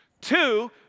Two